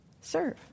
serve